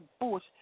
bush